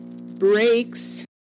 breaks